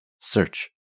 search